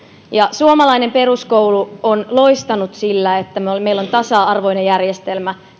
suomalainen peruskoulu on loistanut sillä että meillä meillä on tasa arvoinen järjestelmä